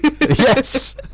yes